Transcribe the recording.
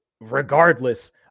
regardless –